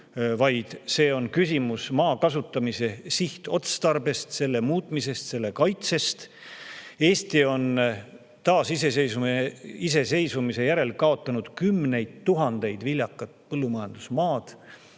vaid küsimus on maa kasutamise sihtotstarbes, selle muutmises ja selle kaitses. Eesti on taasiseseisvumise järel kaotanud kümneid tuhandeid [hektareid] viljakat põllumajandusmaad,